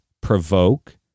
provoke